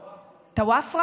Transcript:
טוואפרה.